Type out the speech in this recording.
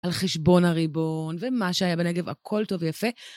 על חשבון הריבון ומה שהיה בנגב הכל טוב ויפה.